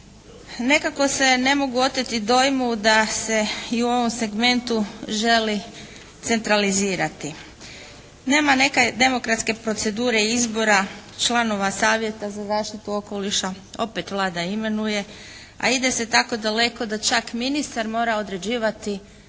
Nekako se ne mogu oteti dojmu da se i u ovom segmentu želi centralizirati. Nema neke demokratske procedure izbora članova Savjeta za zaštitu okoliša, opet Vlada imenuje, a ide se tako daleko da ček ministar mora određivati